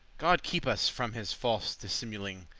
god keep us from his false dissimuling!